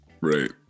Right